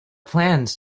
plans